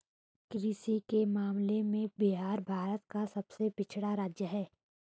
कृषि के मामले में बिहार भारत का सबसे पिछड़ा राज्य है